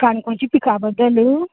काणकोणची पिका बद्दल